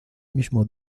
mismo